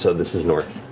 so this is north,